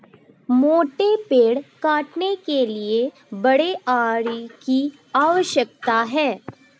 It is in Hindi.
मोटे पेड़ काटने के लिए बड़े आरी की आवश्यकता है